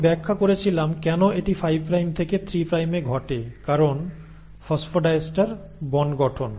আমি ব্যাখ্যা করেছিলাম কেন এটি 5 প্রাইম থেকে 3 প্রাইমে ঘটে কারণ ফসফোডাইএস্টার বন্ড গঠন